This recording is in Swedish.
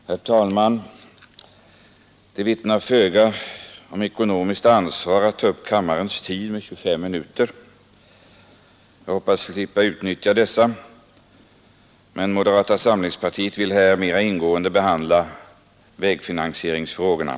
Herr talman! Det vittnar föga om ekonomiskt ansvar att ta upp kammarens tid under 25 minuter. Jag hoppas slippa utnyttja denna tid, men moderata samlingspartiet vill här mer ingående behandla vägfinansieringsfrågorna.